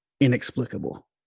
inexplicable